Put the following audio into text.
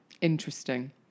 Interesting